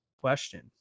Question